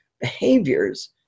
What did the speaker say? behaviors